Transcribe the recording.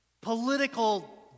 political